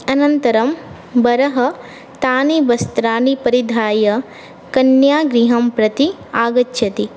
अनन्तरं वरः तानि वस्त्रानि परिधाय कन्यागृहं प्रति आगच्छति